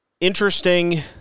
Interesting